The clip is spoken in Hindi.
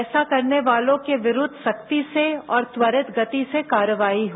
ऐसा करने वालों के विरूद्व सख्ती से और त्वरित गति से कार्रवाई हो